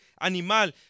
animal